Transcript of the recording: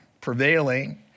prevailing